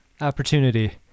opportunity